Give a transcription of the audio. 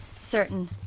certain